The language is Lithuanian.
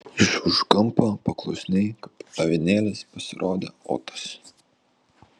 iš už kampo paklusniai kaip avinėlis pasirodė otas